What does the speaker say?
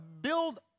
build